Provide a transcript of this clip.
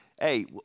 hey